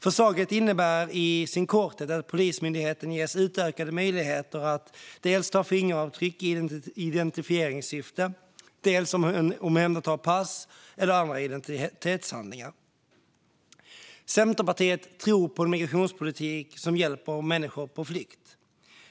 Förslaget innebär i sin korthet att Polismyndigheten ges utökade möjligheter att dels ta fingeravtryck i identifieringssyfte, dels omhänderta pass eller andra identitetshandlingar. Centerpartiet tror på en migrationspolitik som hjälper människor på flykt.